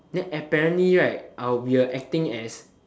then apparently right I'll be acting as